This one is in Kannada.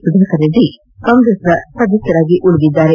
ಸುಧಾಕರ್ ರೆಡ್ಡಿ ಕಾಂಗ್ರೆಸ್ನ ಸದಸ್ಯರಾಗಿದ್ದಾರೆ